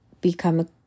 become